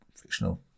Fictional